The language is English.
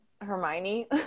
Hermione